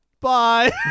bye